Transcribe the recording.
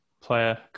player